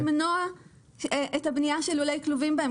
אנחנו רוצים למנוע את הבנייה של לולי כלובים בהם,